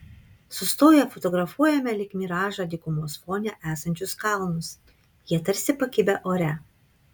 sustoję fotografuojame lyg miražą dykumos fone esančius kalnus jie tarsi pakibę ore